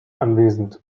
anwesend